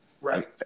right